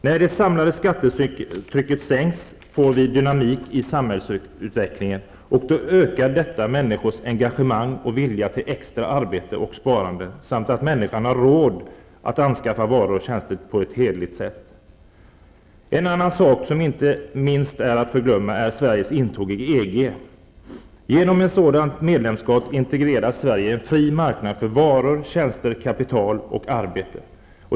När det samlade skattetrycket sänks får vi dynamik i samhällsutvecklingen och människors engagemang och vilja till extra arbete och sparande ökar. Det gör också att människor har råd att anskaffa varor och tjänster på ett hederligt sätt. En annan sak att inte förglömma är Sveriges intåg i EG. Genom ett sådant medlemskap integreras Sverige i en fri marknad för varor, tjänster, kapital och arbete.